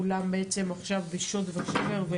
כולם בעצם עכשיו בשוד ושבר.